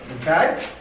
okay